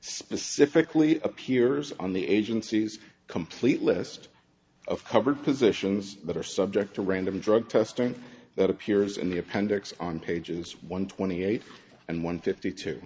specifically appears on the agency's complete list of covered positions that are subject to random drug testing that appears in the appendix on pages one twenty eight and one fifty two